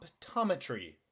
optometry